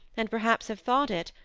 and perhaps have thought it,